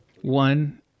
one